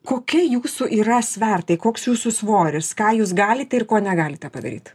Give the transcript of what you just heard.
kokie jūsų yra svertai koks jūsų svoris ką jūs galite ir ko negalite padaryt